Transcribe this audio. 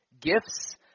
Gifts